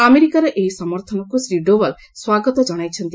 ଆମେରିକାର ଏହି ସମର୍ଥନକୁ ଶ୍ରୀ ଡୋବାଲ ସ୍ୱାଗତ ଜଣାଇଛନ୍ତି